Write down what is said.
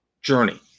Journey